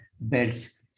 beds